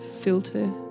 filter